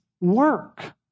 work